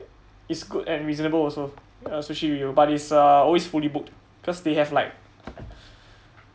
is good and reasonable also uh sushiro but is uh always fully booked because they have like